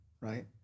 right